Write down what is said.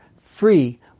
free